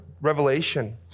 Revelation